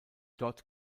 dort